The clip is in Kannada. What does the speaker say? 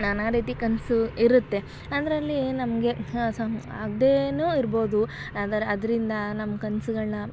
ನಾನಾ ರೀತಿ ಕನಸು ಇರುತ್ತೆ ಅದರಲ್ಲಿ ನಮಗೆ ಹಾಂ ಸಮ್ ಅದೇನು ಇರ್ಬೋದು ಆದರೆ ಅದರಿಂದ ನಮ್ಮ ಕನಸುಗಳ್ನ